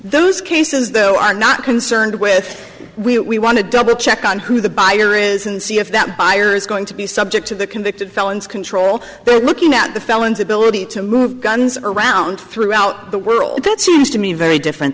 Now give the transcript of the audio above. those cases though are not concerned with we want to double check on who the buyer is and see if that buyer is going to be subject to the convicted felons control they're looking at the felons ability to move guns around throughout the world that seems to me very different